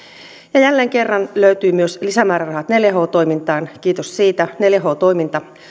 ja jälleen kerran löytyi lisämäärärahat myös neljä h toimintaan kiitos siitä neljä h toiminta